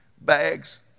bags